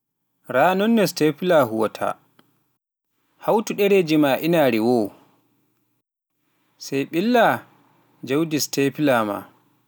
Raa nonno stepla huuwaata, hawtu derejii maa inaare goo, sai ɓilla jawdi stapler maa.